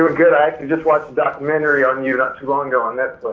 ah good, i actually just watched the documentary on you not too long ago on netflix,